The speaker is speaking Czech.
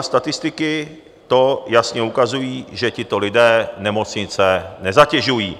Statistiky to jasně ukazují, že tito lidé nemocnice nezatěžují.